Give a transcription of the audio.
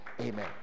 amen